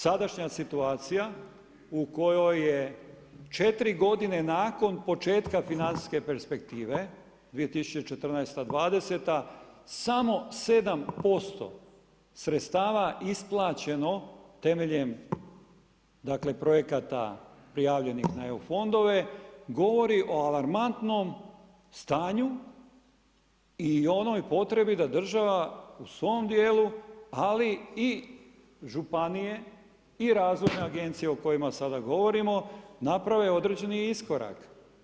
Sadašnja situacija u kojoj je 4 godine nakon početka financijske perspektive 2014./2020. samo 7% sredstava isplaćeno temeljem dakle projekata prijavljenih na EU fondove govori o alarmantnom stanju i onoj potrebi da država u svom dijelu ali i županije i razvojne agencije o kojima sada govorimo naprave određeni iskorak.